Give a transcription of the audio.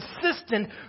consistent